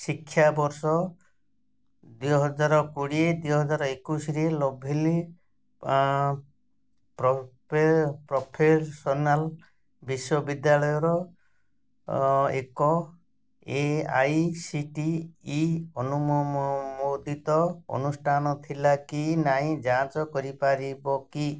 ଶିକ୍ଷା ବର୍ଷ ଦୁଇ ହଜାର କୋଡ଼ିଏ ଦୁଇ ହଜାର ଏକୋଇଶିରେ ଲଭିଲି ପ୍ରପେ ପ୍ରଫେସନାଲ୍ ବିଶ୍ୱ ବିଦ୍ୟାଳୟର ଏକ A I C T E ଅନୁମୋ ଦିତ ଅନୁଷ୍ଠାନ ଥିଲା କି ନାହିଁ ଯାଞ୍ଚ କରିପାରିବ କି